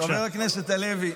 חבר הכנסת הלוי,